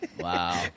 wow